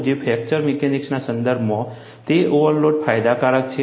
જે ફ્રેક્ચર મિકેનિક્સના સંદર્ભમાં તે ઓવરલોડ ફાયદાકારક છે